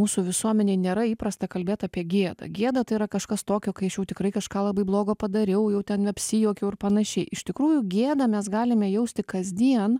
mūsų visuomenėj nėra įprasta kalbėt apie gėdą gėda tai yra kažkas tokio kai aš jau tikrai kažką labai blogo padariau jau ten apsijuokiau ir panašiai iš tikrųjų gėdą mes galime jausti kasdien